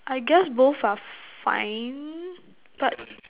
I guess both are fine but